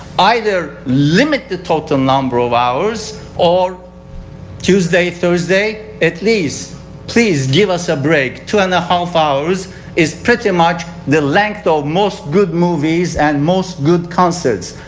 either limit the total number of hours or tuesday thursday at least please give us a break. two-and-a-half hours is pretty much the length of most good movies and most good concerts.